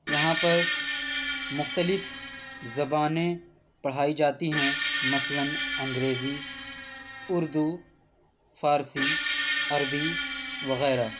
یہاں پر مختلف زبانیں پڑھائی جاتی ہیں مثلاً انگریزی اردو فارسی عربی وغیرہ